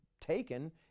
taken